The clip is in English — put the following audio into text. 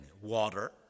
water